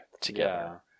together